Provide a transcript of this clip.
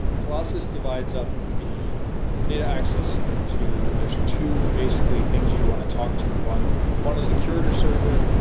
colossus divides up the data access into there's two basically things you want to talk to. one one is the curator server,